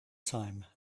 time